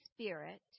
Spirit